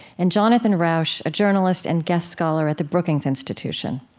and jonathan rauch, a journalist and guest scholar at the brookings institution